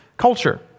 culture